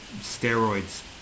steroids